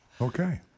okay